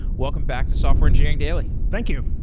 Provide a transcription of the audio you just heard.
welcome back to software engineering daily thank you.